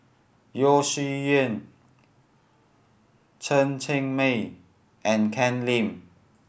Yeo Shih Yun Chen Cheng Mei and Ken Lim